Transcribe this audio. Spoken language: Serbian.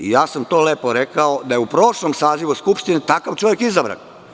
Lepo sam rekao da je u prošlom sazivu Skupštine takav čovek izabran.